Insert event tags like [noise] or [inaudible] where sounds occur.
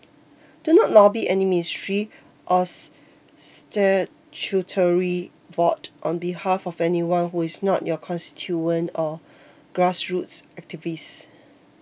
do not lobby any ministry or [unintelligible] statutory board on behalf of anyone who is not your constituent or grassroots activist